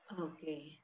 okay